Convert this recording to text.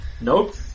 Nope